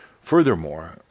furthermore